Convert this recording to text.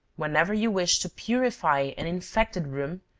whenever you wish to purify an infected room,